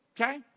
Okay